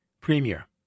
premier